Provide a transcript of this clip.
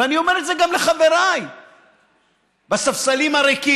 ואני אומר את זה גם לחבריי בספסלים הריקים.